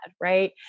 right